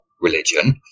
religion